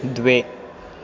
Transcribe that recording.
द्वे